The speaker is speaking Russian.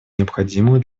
необходимую